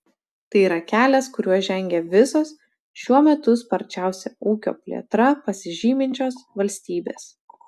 tai yra kelias kuriuo žengia visos šiuo metu sparčiausia ūkio plėtra pasižyminčios valstybės